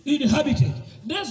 Inhabited